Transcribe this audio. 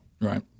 right